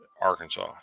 Arkansas